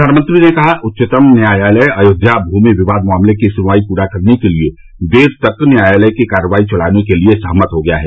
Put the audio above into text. प्रधानमंत्री ने कहा कि उच्चतम न्यायालय अयोध्या भूमि विवाद मामले की सुनवाई पूरा करने के लिए देर तक न्यायालय की कार्रवाई चलाने के लिए सहमत हो गया है